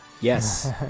Yes